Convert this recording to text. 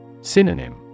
Synonym